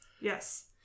Yes